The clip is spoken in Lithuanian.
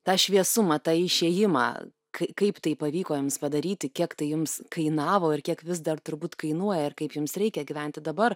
tą šviesumą tą išėjimą kaip tai pavyko jiems padaryti kiek tai jums kainavo ir kiek vis dar turbūt kainuoja ir kaip jums reikia gyventi dabar